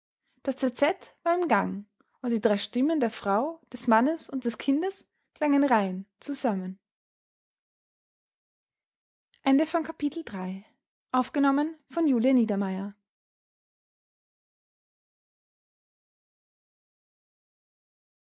das terzett war im gang und die drei stimmen der frau des mannes und des kindes klangen rein zusammen